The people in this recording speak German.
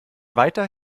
weiter